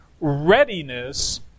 Readiness